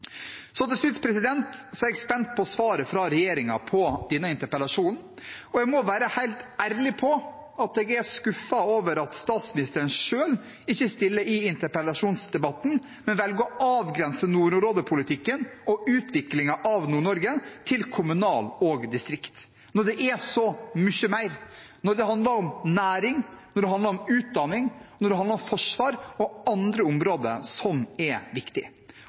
Til slutt er jeg spent på svaret fra regjeringen på denne interpellasjonen. Jeg må være helt ærlig på at jeg er skuffet over at statsministeren selv ikke stiller i interpellasjonsdebatten, men velger å avgrense nordområdepolitikken og utviklingen av Nord-Norge til kommunal og distrikt, når det er så mye mer. Det handler om næring, det handler om utdanning, det handler om forsvar og andre områder som er